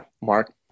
Mark